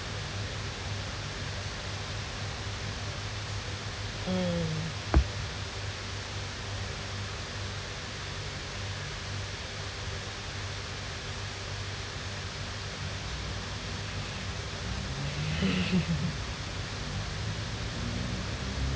mm